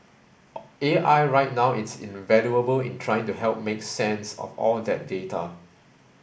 A I right now is invaluable in trying to help make sense of all that data